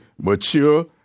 mature